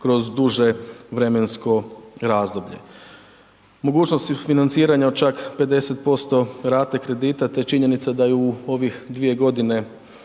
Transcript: kroz duže vremensko razdoblje. Mogućnosti financiranja od čak 50% rate kredita, te činjenice da je u ovih 2.g.